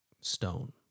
stone